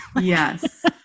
Yes